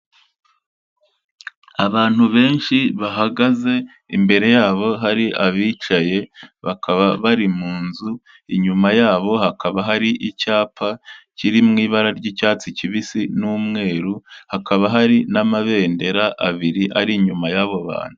Abantu benshi bahagaze, imbere yabo hari abicaye bakaba bari mu nzu, inyuma yabo hakaba hari icyapa kiri mu ibara ry'icyatsi kibisi n'umweru, hakaba hari n'amabendera abiri ari inyuma y'abo bantu.